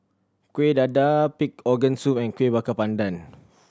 Kueh Dadar pig organ soup and Kuih Bakar Pandan